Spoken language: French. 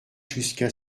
jusqu’à